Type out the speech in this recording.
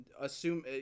assume